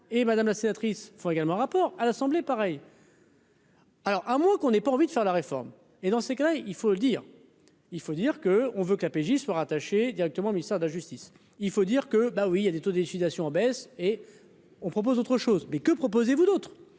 et madame la sénatrice faut également, rapport à l'assemblée pareil. Alors, à moins qu'on n'ait pas envie de faire la réforme et dans ces cas-là, il faut le dire, il faut dire que on veut que la PJ soit rattaché directement au ministère de la justice, il faut dire que ben oui, il y a des taux d'élucidation en baisse et on propose autre chose, mais que proposez-vous, d'autres